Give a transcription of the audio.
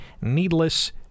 needless